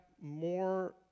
more